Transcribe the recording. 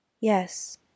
Yes